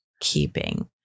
keeping